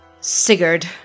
Sigurd